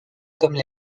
comme